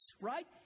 right